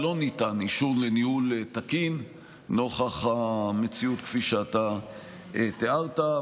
אישור לניהול תקין נוכח המציאות, כפי שאתה תיארת.